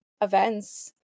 events